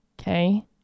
Okay